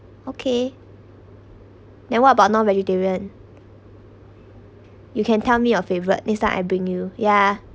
okay then what about non-vegetarian you can tell me your favourite next time I bring you ya